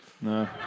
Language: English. No